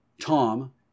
Tom